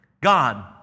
God